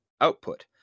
output